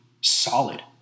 solid